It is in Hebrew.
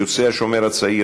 יוצאי "השומר הצעיר",